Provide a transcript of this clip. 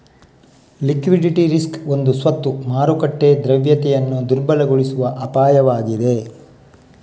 liquidity risk ಒಂದು ಸ್ವತ್ತು ಮಾರುಕಟ್ಟೆ ದ್ರವ್ಯತೆಯನ್ನು ದುರ್ಬಲಗೊಳಿಸುವ ಅಪಾಯವಾಗಿದೆ